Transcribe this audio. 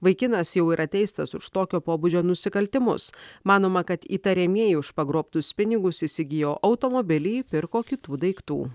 vaikinas jau yra teistas už tokio pobūdžio nusikaltimus manoma kad įtariamieji už pagrobtus pinigus įsigijo automobilį pirko kitų daiktų